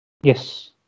Yes